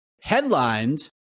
Headlined